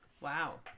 Wow